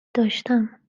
داشتم